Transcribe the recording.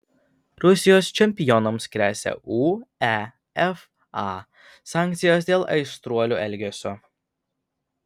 rusijos čempionams gresia uefa sankcijos dėl aistruolių elgesio